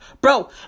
Bro